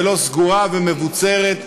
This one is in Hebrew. ולא סגורה ומבוצרת,